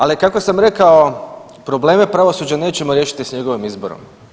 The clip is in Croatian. Ali, kako sam rekao, probleme pravosuđa nećemo riješiti s njegovim izborom.